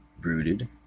rooted